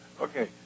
Okay